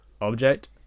object